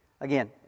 Again